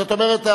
זאת אומרת,